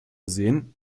sehen